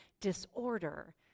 disorder